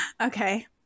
Okay